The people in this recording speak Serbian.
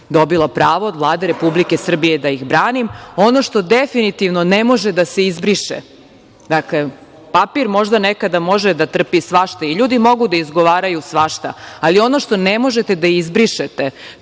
dobila pravo od Vlade Republike Srbije da ih branim. Ono što definitivno ne može da se izbriše, dakle, papir nekada može da trpi svašta i ljudi mogu da izgovaraju svašta, ali ono što ne možete da izbrišete,